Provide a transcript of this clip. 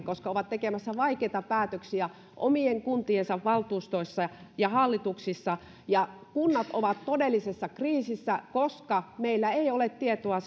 koska ovat tekemässä vaikeita päätöksiä omien kuntiensa valtuustoissa ja hallituksissa ja kunnat ovat todellisessa kriisissä koska meillä ei ole tietoa